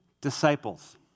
disciples